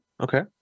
Okay